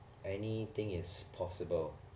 anything is possible